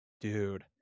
Dude